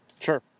Sure